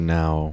now